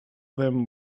them